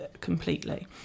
completely